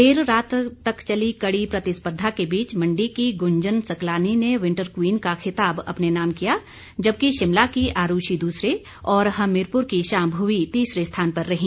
देर रात तक चली कड़ी प्रतिस्पर्धा के बीच मंडी की गुंजन सकलानी ने विंटर क्वीन का खिताब अपने नाम किया जबकि शिमला की आरुषी दूसरे और हमीरपुर की शांभवी तीसरे स्थान पर रही